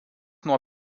nuo